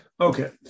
Okay